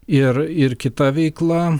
ir ir kita veikla